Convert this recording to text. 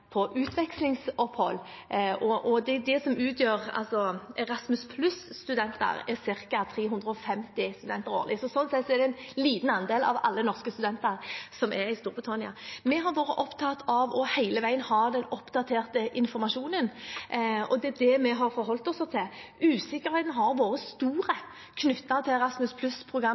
på utvekslingsopphold. Erasmus+-studentene utgjør ca. 350 studenter årlig og sånn sett en liten andel av alle norske studenter i Storbritannia. Vi har hele veien vært opptatt av å ha oppdatert informasjon, og det er det vi har forholdt oss til. Usikkerheten har vært stor knyttet til